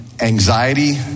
anxiety